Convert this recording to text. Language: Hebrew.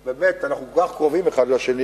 באמת, אנחנו כל כך קרובים אחד לשני,